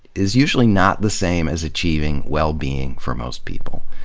is usually not the same as achieving wellbeing for most people.